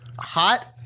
Hot